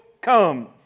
come